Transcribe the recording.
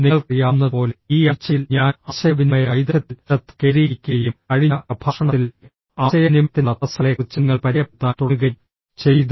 നിങ്ങൾക്കറിയാവുന്നതുപോലെ ഈ ആഴ്ചയിൽ ഞാൻ ആശയവിനിമയ വൈദഗ്ധ്യത്തിൽ ശ്രദ്ധ കേന്ദ്രീകരിക്കുകയും കഴിഞ്ഞ പ്രഭാഷണത്തിൽ ആശയവിനിമയത്തിനുള്ള തടസ്സങ്ങളെക്കുറിച്ച് നിങ്ങൾക്ക് പരിചയപ്പെടുത്താൻ തുടങ്ങുകയും ചെയ്തു